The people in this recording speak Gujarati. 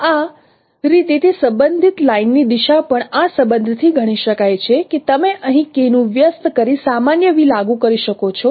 તો આ રીતે તે સંબંધિત લાઇન ની દિશા પણ આ સંબંધથી ગણી શકાય કે તમે અહીં K નું વ્યસ્ત કરી સામાન્ય v લાગુ કરી શકો છો